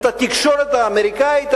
את התקשורת האמריקנית,